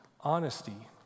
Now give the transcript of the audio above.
honesty